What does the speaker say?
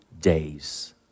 days